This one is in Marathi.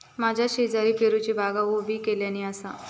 माझ्या शेजारी पेरूची बागा उभी केल्यानी आसा